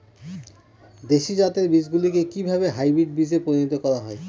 দেশি জাতের বীজগুলিকে কিভাবে হাইব্রিড বীজে পরিণত করা হয়?